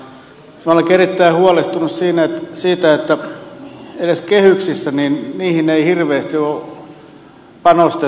minä olenkin erittäin huolestunut siitä että edes kehyksissä niihin ei hirveästi ole panostettu tässä esityksessä